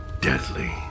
deadly